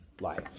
life